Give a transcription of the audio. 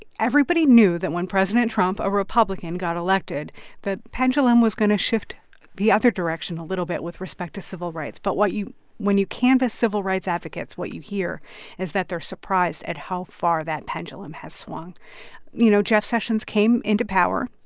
everybody knew that when president trump, a republican, got elected the pendulum was going to shift the other direction a little bit with respect to civil rights. but what you when you canvass civil rights advocates, what you hear is that they're surprised at how far that pendulum has swung you know, jeff sessions came into power.